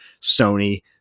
Sony